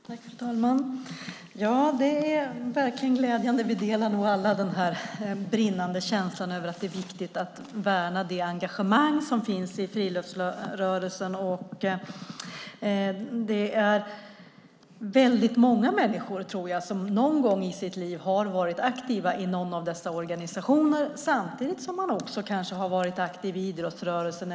Fru talman! Detta är verkligen glädjande. Vi delar nog alla den här brinnande känslan att det är viktigt att värna det engagemang som finns i friluftsrörelsen. Jag tror att det är väldigt många människor som någon gång i sitt liv har varit aktiva i någon av dessa organisationer samtidigt som man kanske också har varit aktiv i idrottsrörelsen.